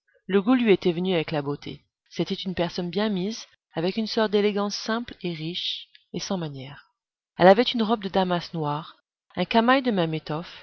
le goût lui était venu avec la beauté c'était une personne bien mise avec une sorte d'élégance simple et riche et sans manière elle avait une robe de damas noir un camail de même étoffe